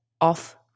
off